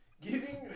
Giving